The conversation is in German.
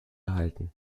erhalten